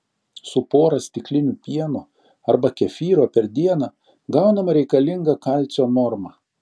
su pora stiklinių pieno arba kefyro per dieną gaunama reikalinga kalcio norma